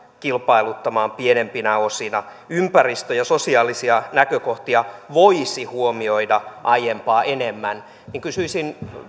kilpailuttamaan pienempinä osina ja ympäristö ja sosiaalisia näkökohtia voisi huomioida aiempaa enemmän niin kysyisin